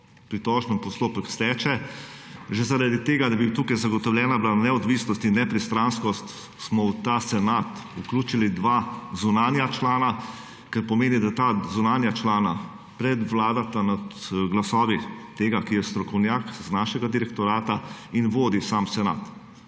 Pritožbeni postopek steče že, zaradi tega, da bi bila tukaj zagotovljena neodvisnost in nepristransko smo v ta senat vključili dva zunanja člana, kar pomeni, da ta zunanja člana predvladata nad glasovih tega, ki je strokovnjak iz našega direktorata in vodi sam senat